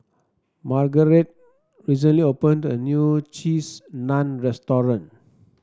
Margarete recently opened a new Cheese Naan Restaurant